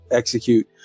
execute